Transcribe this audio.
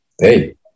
Hey